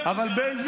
מי למשל?